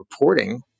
reporting